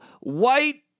white